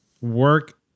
work